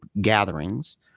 gatherings